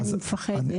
אני מפחדת.